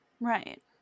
Right